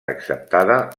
acceptada